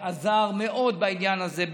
שעזר מאוד בעניין הזה,